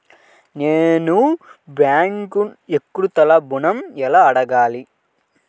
నేను బ్యాంక్ను వ్యక్తిగత ఋణం ఎలా అడగాలి?